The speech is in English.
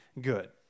good